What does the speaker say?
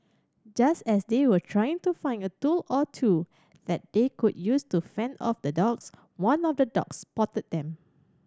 just as they were trying to find a tool or two that they could use to fend off the dogs one of the dogs spotted them